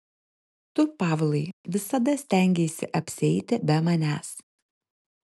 tu pavlai visada stengeisi apsieiti be manęs